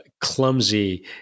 clumsy